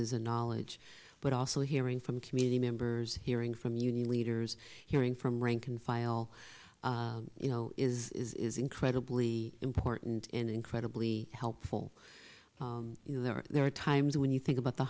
es and knowledge but also hearing from community members hearing from union leaders hearing from rank and file you know is incredibly important and incredibly helpful you know there are there are times when you think about the